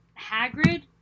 Hagrid